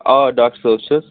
آ ڈاکٹر صٲب چھُس